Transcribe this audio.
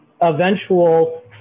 eventual